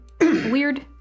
weird